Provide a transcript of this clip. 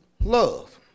love